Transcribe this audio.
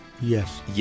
Yes